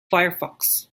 firefox